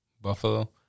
Buffalo